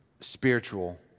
spiritual